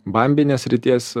bambinės srities